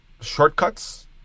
shortcuts